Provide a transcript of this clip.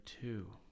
two